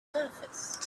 surface